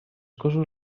cossos